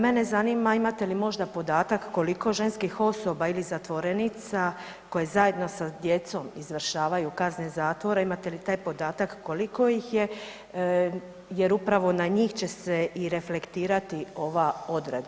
Mene zanima imate li možda podatak koliko ženskih osoba ili zatvorenica koje zajedno sa djecom izvršavaju kazne zatvora, imate li taj podatak koliko ih je, jer upravo na njih će se i reflektirati ova odredba?